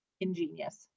ingenious